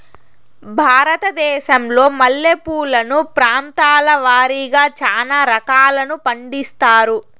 భారతదేశంలో మల్లె పూలను ప్రాంతాల వారిగా చానా రకాలను పండిస్తారు